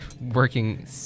working